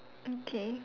mm K